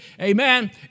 Amen